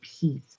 peace